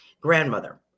Grandmother